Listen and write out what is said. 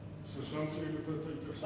ששם צריכים לתת את ההתייחסות,